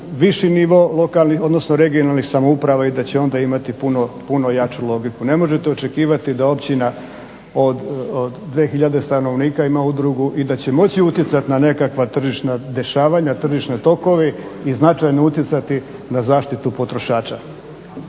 odnosno regionalnih samouprava i da će onda imati puno jaču logiku. Ne možete očekivati da općina od 2000 stanovnika ima udrugu i da će moći utjecati na nekakva tržišna dešavanja, tržišne tokove i značajno utjecati na zaštitu potrošača.